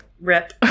rip